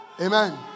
Amen